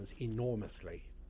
enormously